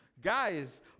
Guys